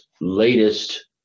latest